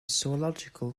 zoological